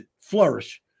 flourish